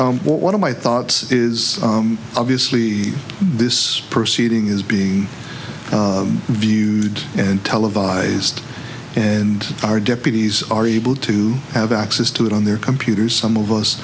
chair one of my thoughts is obviously this proceeding is being viewed and televised and our deputies are able to have access to it on their computers some of us